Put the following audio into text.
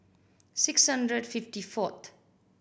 six hundred and fifty fourth